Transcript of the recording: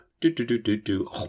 do-do-do-do-do